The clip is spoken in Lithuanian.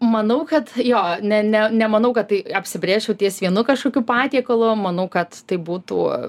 manau kad jo ne ne nemanau kad tai apsibrėžčiau ties vienu kažkokiu patiekalu manau kad tai būtų